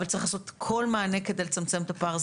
אבל צריך לעשות כל מענה כדי לצמצם את הפער.